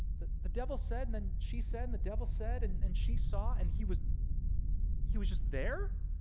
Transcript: the the devil said and then she said and the devil said and and she saw and he was he was just there?